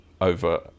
over